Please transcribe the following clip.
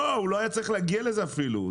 לא, הוא לא היה צריך להגיע לזה אפילו.